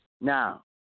Now